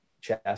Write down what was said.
chess